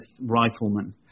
rifleman